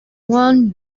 won